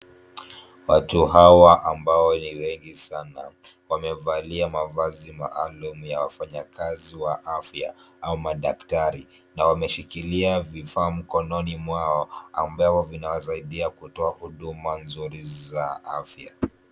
Watu hawa ambao ni wengi sana wamevalia mavazi maalum ya wafanyikazi wa afya au madaktari na wameshikilia vifaa mkononi mwao ambavyo vinawasaidia kutoa huduma nzuri za afya.